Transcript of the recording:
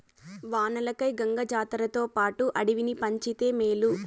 వానలకై గంగ జాతర్లతోపాటు అడవిని పంచితే మేలు